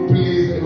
Please